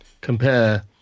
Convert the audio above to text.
compare